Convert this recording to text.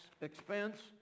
expense